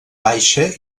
baixa